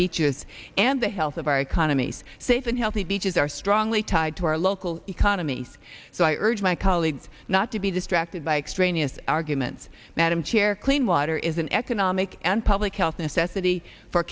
beaches and the health of our economies safe and healthy beaches are strongly tied to our local economies so i urge my colleagues not to be distracted by extraneous arguments madam chair clean water is an economic and public health necessity for